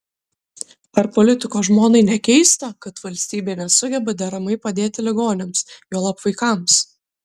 ar politiko žmonai nekeista kad valstybė nesugeba deramai padėti ligoniams juolab vaikams